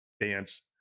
dance